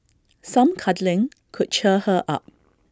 some cuddling could cheer her up